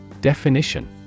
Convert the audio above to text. Definition